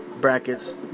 brackets